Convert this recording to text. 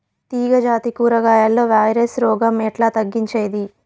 తీగ జాతి కూరగాయల్లో వైరస్ రోగం ఎట్లా తగ్గించేది?